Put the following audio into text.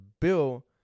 bill